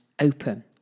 open